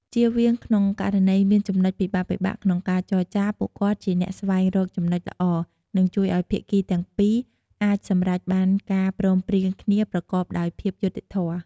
ជៀសវាង ក្នុងករណីមានចំណុចពិបាកៗក្នុងការចរចា ពួកគាត់ជាអ្នកស្វែងរកចំណុចល្អ និងជួយឱ្យភាគីទាំងពីរអាចសម្រេចបានការព្រមព្រៀងគ្នាប្រកបដោយភាពយុត្តិធម៌។